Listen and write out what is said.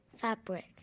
Fabric